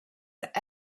that